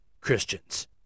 Christians